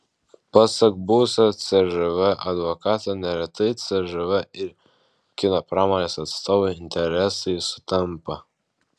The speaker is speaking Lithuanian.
pasak buvusio cžv advokato neretai cžv ir kino pramonės atstovų interesai sutampa